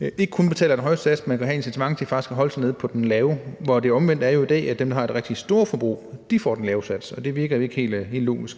ikke kun betaler den høje sats, men vil have et incitament til faktisk at holde sig nede på den lave. I dag er det jo omvendt, så dem, der har det rigtig store forbrug, får den lave sats. Det virker ikke helt logisk.